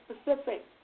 specific